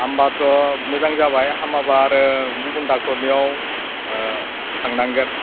हामबाथ' मोजां जाबाय हामाबा आरो गुबुन डक्ट'रनियाव थांनांगोन